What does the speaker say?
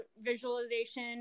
visualization